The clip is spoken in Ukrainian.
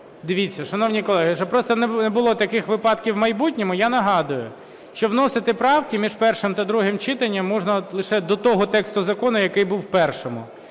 Дивіться, шановні колеги, щоб просто не було таких випадків в майбутньому. Я нагадую, що вносити правки між першим та другим читанням можна лише до того тексту закону, який був в першому.